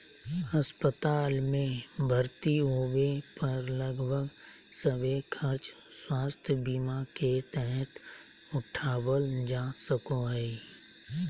अस्पताल मे भर्ती होबे पर लगभग सभे खर्च स्वास्थ्य बीमा के तहत उठावल जा सको हय